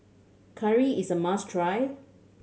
curry is a must try